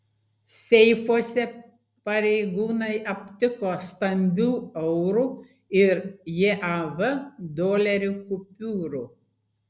seifuose pareigūnai aptiko stambių eurų ir jav dolerių kupiūrų